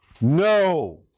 no